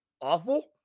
awful